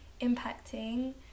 impacting